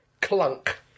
Clunk